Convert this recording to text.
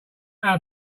how